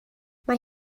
mae